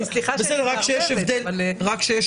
סליחה שאני מערבבת, אבל --- רק שיש